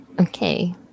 Okay